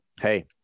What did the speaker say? hey